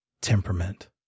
temperament